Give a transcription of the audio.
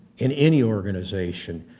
in any organization,